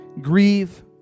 Grieve